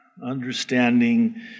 Understanding